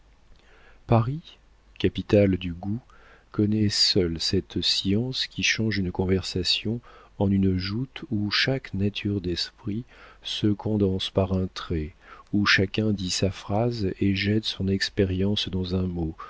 paris capitale du goût connaît seul cette science qui change une conversation en une joute où chaque nature d'esprit se condense par un trait où chacun dit sa phrase et jette son expérience dans un mot